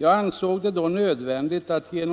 Jag ansåg det då nödvändigt att i